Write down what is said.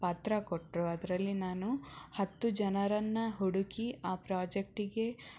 ಪಾತ್ರ ಕೊಟ್ಟರು ಅದರಲ್ಲಿ ನಾನು ಹತ್ತು ಜನರನ್ನು ಹುಡುಕಿ ಆ ಪ್ರಾಜೆಕ್ಟಿಗೆ